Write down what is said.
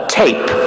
tape